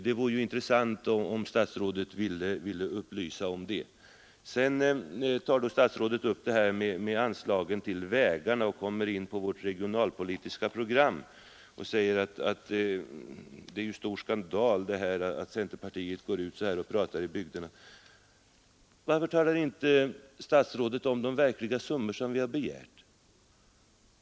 Det vore intressant om statsrådet ville upplysa om det. Sedan tar statsrådet upp frågan om anslagen till vägarna och kommer in på vårt regionalpolitiska program. Han säger att det är stor skandal att centerpartiet går ut och pratar så här i bygderna. Varför talar herr statsrådet inte om de summor vi verkligen begärt?